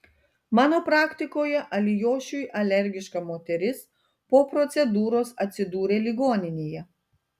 mano praktikoje alijošiui alergiška moteris po procedūros atsidūrė ligoninėje